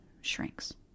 shrinks